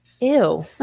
Ew